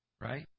Right